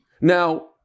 Now